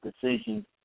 decision